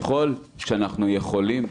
ככל שאנחנו יכולים,